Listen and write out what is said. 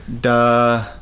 Duh